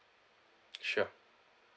sure